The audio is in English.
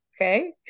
Okay